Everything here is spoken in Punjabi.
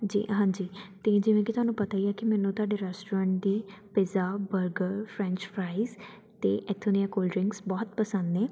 ਜੀ ਹਾਂਜੀ ਅਤੇ ਜਿਵੇਂ ਕਿ ਤੁਹਾਨੂੰ ਪਤਾ ਹੀ ਆ ਕਿ ਮੈਨੂੰ ਤੁਹਾਡੇ ਰੈਸਟੋਰੈਂਟ ਦੀ ਪੀਜ਼ਾ ਬਰਗਰ ਫਰੈਂਚ ਫਰਾਈਸ ਅਤੇ ਇੱਥੋਂ ਦੀਆਂ ਕੋਲਡ ਡਰਿੰਕਸ ਬਹੁਤ ਪਸੰਦ ਨੇ